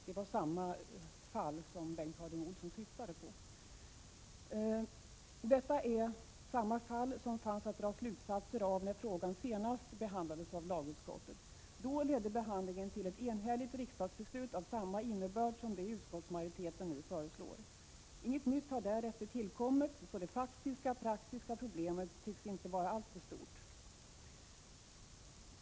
Det är detta fall som Bengt Harding Olson syftade på, och detta fall var också det fall som fanns att dra slutsatser av när frågan senast behandlades av lagutskottet. Då ledde behandlingen till ett enhälligt riksdagsbeslut av samma innebörd som det utskottsmajoriteten nu föreslår. Inget nytt har därefter tillkommit, så det faktiska praktiska problemet tycks inte vara alltför stort.